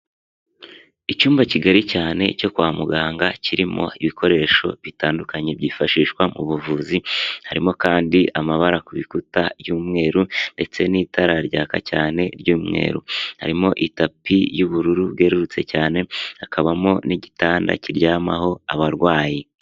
Icyumba kigari cyane cyo kwa muganga kirimo ibikoresho bitandukanye byifashishwa mu buvuzi harimo kandi amabara kubikuta y'umweru ndetse n'itara ryaka cyane ry'umweru harimo itapi y'ubururu bwerurutse cyane hakabamo n'igitanda kiryamaho abarwayi.